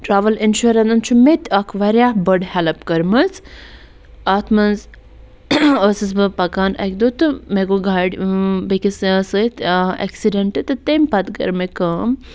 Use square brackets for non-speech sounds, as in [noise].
travel اِنشورَنَن چھُ مےٚ تہِ اکھ واریاہ بٔڑ ہٮ۪لٕپ کٔرمٕژ اَتھ منٛز ٲسٕس بہٕ پَکان اَکہِ دۄہ تہٕ مےٚ گوٚو گاڑِ بیٚکِس [unintelligible] سۭتۍ اٮ۪کسِڈٮ۪نٛٹ تہٕ تَمہِ پَتہٕ کٔر مےٚ کٲم